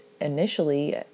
Initially